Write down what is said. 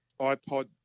iPod